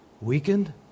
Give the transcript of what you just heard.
Weakened